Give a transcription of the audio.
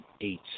eight